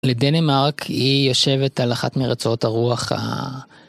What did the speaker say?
לדנמרק היא יושבת על אחת מארצות הרוח.